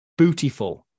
Bootyful